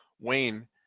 Wayne